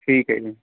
ਠੀਕ ਹੈ ਜੀ